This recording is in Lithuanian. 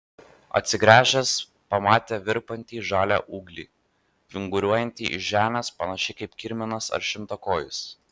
atsigręžęs pamatė virpantį žalią ūglį vinguriuojantį iš žemės panašiai kaip kirminas ar šimtakojis